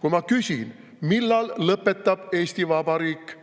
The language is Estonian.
Kui ma küsin, millal lõpetab Eesti Vabariik